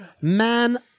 Man